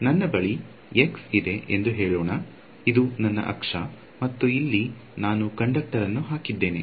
ನನ್ನ ಬಳಿ x ಇದೆ ಎಂದು ಹೇಳೋಣ ಇದು ನನ್ನ ಅಕ್ಷ ಮತ್ತು ಇಲ್ಲಿ ನಾನು ಕಂಡಕ್ಟರ್ ಅನ್ನು ಹಾಕಿದ್ದೇನೆ